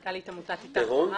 אני ענת טהון-אשכנזי,